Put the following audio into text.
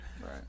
Right